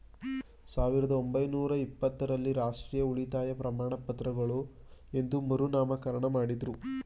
ಸಾವಿರದ ಒಂಬೈನೂರ ಇಪ್ಪತ್ತ ರಲ್ಲಿ ರಾಷ್ಟ್ರೀಯ ಉಳಿತಾಯ ಪ್ರಮಾಣಪತ್ರಗಳು ಎಂದು ಮರುನಾಮಕರಣ ಮಾಡುದ್ರು